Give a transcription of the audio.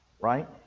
right